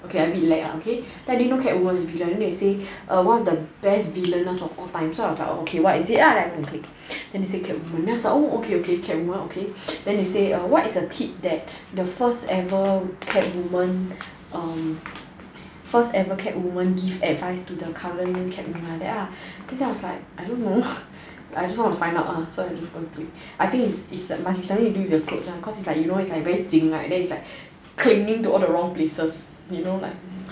okay ah a bit lag ah okay then I didn't know catwoman is a villain then they say one of the best villainess of all time so I was like oh okay what is it ah then I go and click then they say catwoman then I was like okay okay catwoman okay then they say what is the tip that the first ever catwoman mm first ever catwoman give advice to the current catwoman like that ah then I was like I don't know ah I just want to find out ah so I go click I think it must be something got to do with the clothes one the cause like you know it's very 紧 right and then it's like clinging to all the wrong places you know like ya